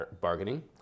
bargaining